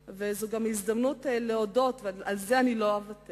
זאת גם הזדמנות להודות, על זה אני לא אוותר,